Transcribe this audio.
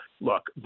look